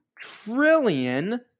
trillion